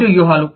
పోటీ వ్యూహాలు